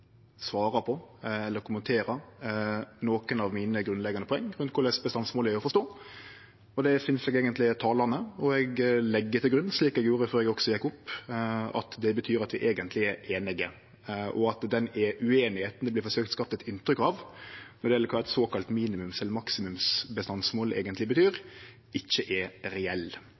på eller kommenterer nokon av mine grunnleggjande poeng om korleis bestandsmålet er å forstå. Det synest eg eigentleg er talande, og eg legg til grunn, slik eg også gjorde før eg gjekk opp, at det betyr at vi eigentleg er einige, og at den ueinigheita det vert forsøkt skapt eit inntrykk av når det gjeld kva eit såkalla minimums- eller maksimumsbestandsmål eigentleg betyr, ikkje er reell.